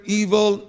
evil